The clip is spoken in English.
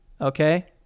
okay